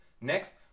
Next